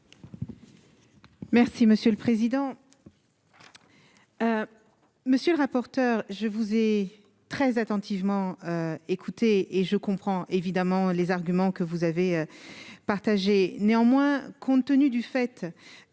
Merci monsieur le président.